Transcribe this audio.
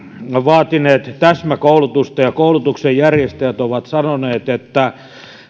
vaatineet täsmäkoulutusta ja koulutuksen järjestäjät ovat sanoneet että